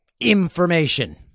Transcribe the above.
Information